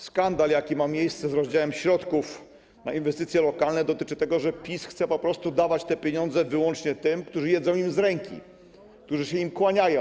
Skandal, jaki ma miejsce w związku z podziałem środków na inwestycje lokalne, dotyczy tego, że PiS chce po prostu dawać te pieniądze wyłącznie tym, którzy jedzą im z ręki, którzy im się kłaniają.